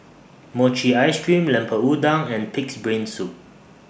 Mochi Ice Cream Lemper Udang and Pig'S Brain Soup